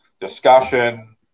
discussion